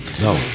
No